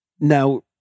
Now